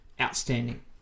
outstanding